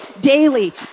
daily